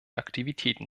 aktivitäten